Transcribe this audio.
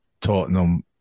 Tottenham